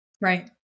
Right